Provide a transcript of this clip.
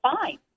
fine